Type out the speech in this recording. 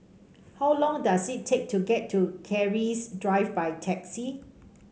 how long does it take to get to Keris Drive by taxi